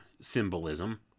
symbolism